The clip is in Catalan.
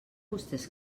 vostès